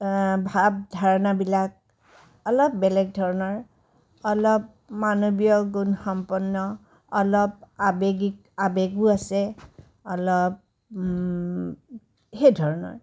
ভাৱ ধাৰণাবিলাক অলপ বেলেগ ধৰণৰ অলপ মানৱীয় গুণ সম্পন্ন অলপ আৱেগিক আৱেগো আছে অলপ সেই ধৰণৰ